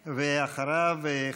ואחריו,